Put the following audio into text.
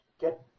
get